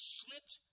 slipped